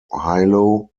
hilo